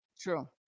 True